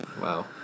Wow